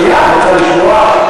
שנייה, את רוצה לשמוע?